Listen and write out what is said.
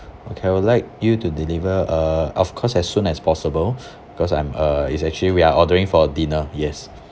okay I would like you to deliver uh of course as soon as possible cause I'm uh it's actually we are ordering for dinner yes